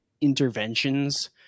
interventions